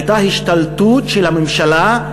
הייתה השתלטות של הממשלה,